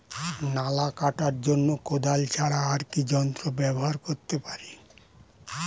নালা কাটার জন্য কোদাল ছাড়া আর কি যন্ত্র ব্যবহার করতে পারি?